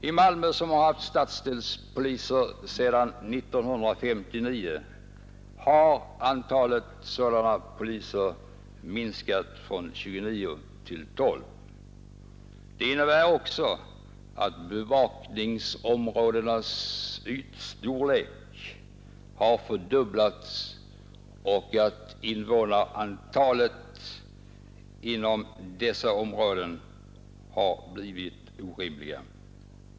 I Malmö, som har haft stadsdelspoliser sedan 1959, har antalet sådana poliser minskat från 29 till 12. Det innebär också att bevakningsområdenas ytstorlek mer än fördubblats och att invånarantalet inom dessa områden har blivit orimligt.